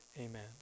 Amen